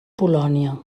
polònia